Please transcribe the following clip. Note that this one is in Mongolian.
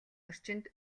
орчинд